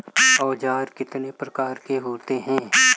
औज़ार कितने प्रकार के होते हैं?